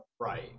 right